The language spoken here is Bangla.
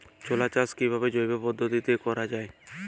ছোলা চাষ কিভাবে জৈব পদ্ধতিতে করা যায়?